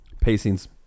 Pacing's